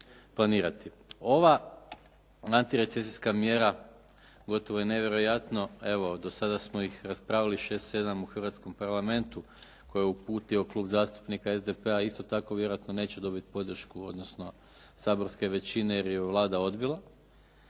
Ova antirecesijska mjera gotovo je nevjerojatno evo do sada smo ih raspravili šest, sedam u hrvatskom parlamentu koje je uputio Klub zastupnika SDP-a isto tako vjerojatno dobiti podršku odnosno saborske većine jer je Vlada odbila.